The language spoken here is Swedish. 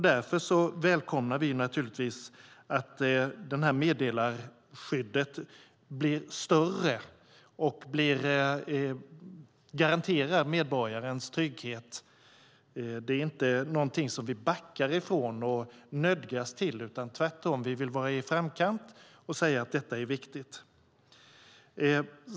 Därför välkomnar vi att meddelarskyddet blir större och garanterar medborgarens trygghet. Det är inte något som vi backar ifrån och nödgas till. Tvärtom, vi vill vara i framkant och säga att detta är viktigt.